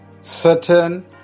certain